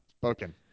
spoken